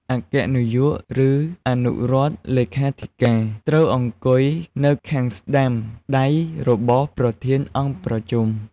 អគ្គនាយក ឬអនុរដ្ឋលេខាធិការ ត្រូវអង្គុយនៅខាងស្តាំដៃរបស់ប្រធានអង្គប្រជុំ។